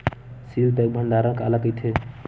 Seal pack भंडारण काला कइथे?